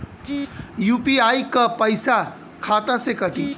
UPI क पैसा खाता से कटी?